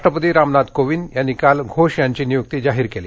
राष्ट्रपती रामनाथ कोविंद यांनी काल घोष यांची नियुक्ती जाहीर केली